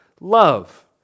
love